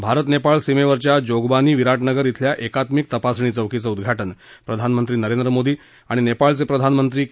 भारत नेपाळ सीमेवरच्या जोगबानी विराटनगर खिल्या एकात्मिक तपासणी चौकीचं उद्वाटन प्रधानमंत्री नरेंद्र मोदी आणि नेपाळचे प्रधानमंत्री के